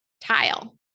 tile